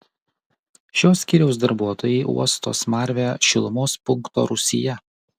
šio skyriaus darbuotojai uosto smarvę šilumos punkto rūsyje